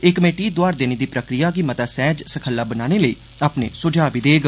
एह कमेटी दोआर देने दी प्रक्रिया गी मता सैहज सखाला बनाने लेई अपने सुझाव बी देग